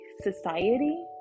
society